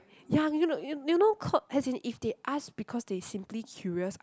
ya you know you you know k~ as in if they ask because they simply curious